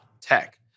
tech